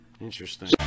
Interesting